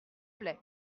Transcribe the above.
plait